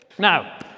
Now